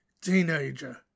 teenager